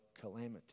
calamity